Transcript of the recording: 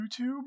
YouTube